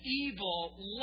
evil